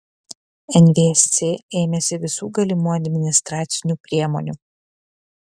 nvsc ėmėsi visų galimų administracinių priemonių